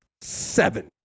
Seven